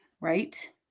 right